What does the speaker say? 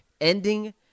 Ending